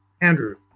Andrew